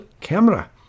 camera